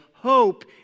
hope